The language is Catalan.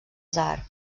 tsar